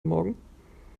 morgen